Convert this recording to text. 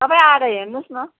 तपाईँ आएर हेर्नुहोस् न